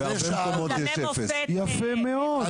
בהרבה מקומות יש 0%. יפה מאוד,